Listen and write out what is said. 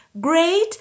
great